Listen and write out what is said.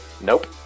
Nope